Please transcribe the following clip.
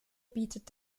bietet